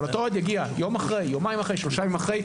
אבל אותו אוהד הגיע יום- יומיים-שלושה אחרי,